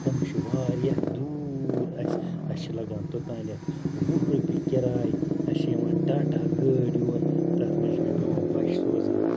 تم چھِ واریاہ دوٗر اَسہِ اَسہِ چھِ لَگان توٚتانۍ وُہ رۄپیہِ کِراے اَسہِ چھِ یِوان ٹاٹا گٲڑۍ یور تَتھ منٛز چھِ مےٚ پٮ۪وان بَچہِ سوزٕنۍ